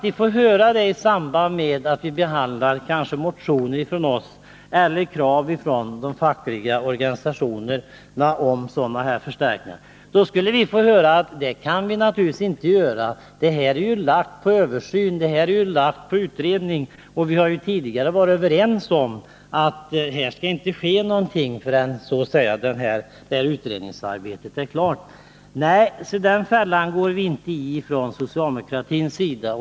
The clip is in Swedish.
I samband med att riksdagen behandlat motioner — kanske från oss — eller krav från de fackliga organisationerna på sådana förstärkningar skulle vi då ha fått höra, att detta kan man naturligtvis inte göra, saken är under utredning, och vi har ju tidigare varit överens om att inte göra någonting förrän utredningsarbetet är Klart! Nej, den fällan går vi inte i från socialdemokratins sida.